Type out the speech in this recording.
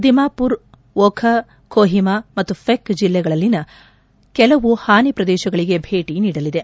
ದಿಮಾಪುರ್ ವೋಖಾ ಕೋಹಿಮಾ ಮತ್ತು ಫೆಕ್ ಜಿಲ್ಲೆಗಳಲ್ಲಿನ ಕೆಲವು ಹಾನಿ ಪ್ರದೇಶಗಳಿಗೆ ಭೇಟಿ ನೀಡಲಿದೆ